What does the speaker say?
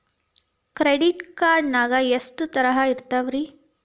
Credit card ನಾಗ ಎಷ್ಟು ತರಹ ಇರ್ತಾವ್ರಿ?